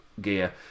gear